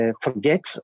forget